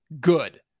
Good